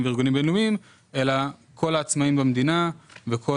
וארגונים בין לאומיים אלא כל העצמאים במדינה וכל